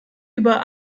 über